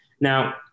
Now